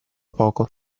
poco